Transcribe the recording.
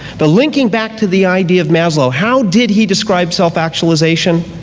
but linking back to the idea of maslow, how did he describe self actualization?